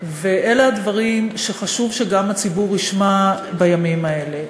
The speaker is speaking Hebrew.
ואלה הדברים שחשוב שגם הציבור ישמע בימים האלה,